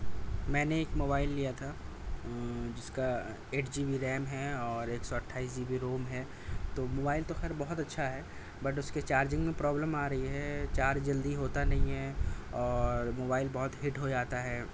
میں نے ایک موبائل لیا تھا جس کا ایٹ جی بی ریم ہے اور ایک سو اٹھائیس جی بی روم ہے تو موبائل تو خیر بہت اچھا ہے بٹ اس کے چارجنگ میں پرابلم آ رہی ہے چارج جلدی ہوتا نہیں ہے اور موبائل بہت ہیٹ ہو جاتا ہے